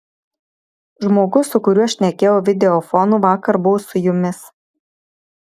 žmogus su kuriuo šnekėjau videofonu vakar buvo su jumis